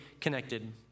connected